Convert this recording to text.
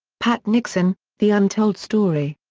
pat nixon the untold story.